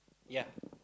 yeah